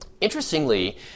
Interestingly